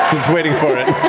waiting for it.